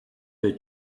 her